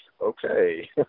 okay